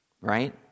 Right